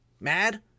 mad